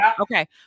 Okay